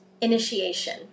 initiation